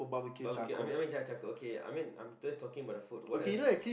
barbecue I mean char~ char~ charcoal okay I mean just talking about the food what else